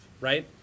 right